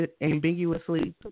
ambiguously